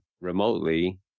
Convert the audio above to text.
remotely